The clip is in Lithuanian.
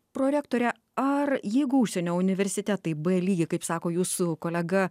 prorektore ar jeigu užsienio universitetai b lygį kaip sako jūsų kolega